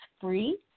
free